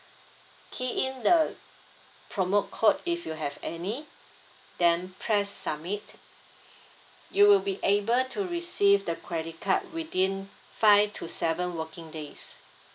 key in the promo code if you have any then press submit you will be able to receive the credit card within five to seven working days